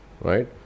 Right